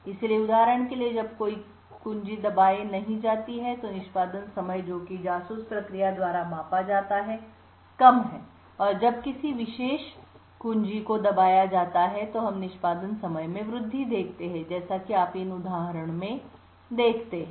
इसलिए उदाहरण के लिए जब कोई कुंजी दबाए नहीं जाती है तो निष्पादन समय जो कि जासूस प्रक्रिया द्वारा मापा जाता है कम है और जब किसी विशेष कुंजी को दबाया जाता है तो हम निष्पादन समय में वृद्धि देखते हैं जैसा कि आप इन उदाहरणों में देखते हैं